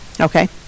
Okay